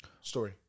Story